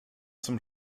zum